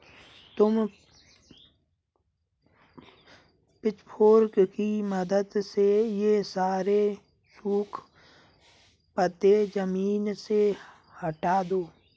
तुम पिचफोर्क की मदद से ये सारे सूखे पत्ते ज़मीन से हटा दो